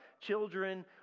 Children